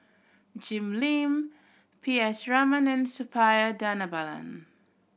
Jim Lim P S Raman and Suppiah Dhanabalan